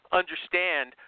understand